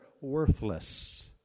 worthless